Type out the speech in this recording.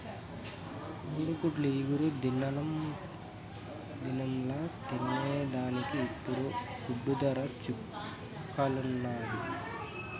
కోడిగుడ్డు ఇగురు దినంల తినేదానికి ఇప్పుడు గుడ్డు దర చుక్కల్లున్నాది